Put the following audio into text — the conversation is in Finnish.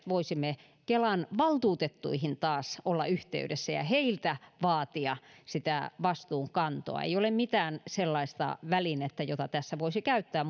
voisimme kelan valtuutettuihin olla yhteydessä ja heiltä vaatia sitä vastuunkantoa ei ole mitään sellaista välinettä jota tässä voisi käyttää